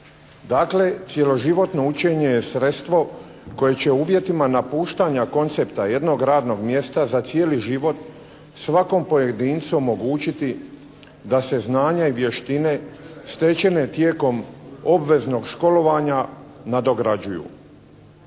Dakle, cjeloživotno učenje je sredstvo koje će u uvjetima napuštanja koncepta jednog radnog mjesta za cijeli život svakom pojedincu omogućiti da se znanje, vještine stečene tijekom obveznog školovanja nadograđuju.